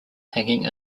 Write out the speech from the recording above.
hanging